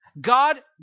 god